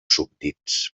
súbdits